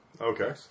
Okay